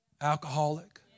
alcoholic